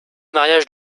mariage